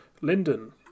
Linden